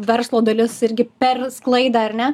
verslo dalis irgi per sklaidą ar ne